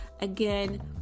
again